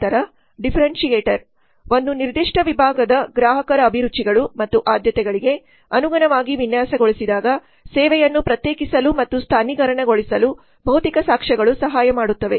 ನಂತರ ಡಿಫರೆನ್ಷಿಯೇಟರ್ ಒಂದು ನಿರ್ದಿಷ್ಟ ವಿಭಾಗದ ಗ್ರಾಹಕರ ಅಭಿರುಚಿಗಳು ಮತ್ತು ಆದ್ಯತೆಗಳಿಗೆ ಅನುಗುಣವಾಗಿ ವಿನ್ಯಾಸಗೊಳಿಸಿದಾಗ ಸೇವೆಯನ್ನು ಪ್ರತ್ಯೇಕಿಸಲು ಮತ್ತು ಸ್ಥಾನಿಕರಣಗೊಳಿಸಲು ಭೌತಿಕ ಸಾಕ್ಷ್ಯಗಳು ಸಹಾಯ ಮಾಡುತ್ತವೆ